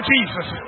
Jesus